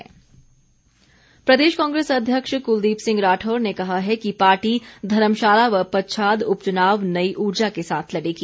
कांग्रेस प्रदेश कांग्रेस अध्यक्ष कुलदीप सिंह राठौर ने कहा है कि पार्टी धर्मशाला व पच्छाद उपचुनाव नई ऊर्जा के साथ लड़ेगी